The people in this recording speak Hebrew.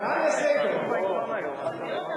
ממקום אחר.